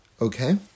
Okay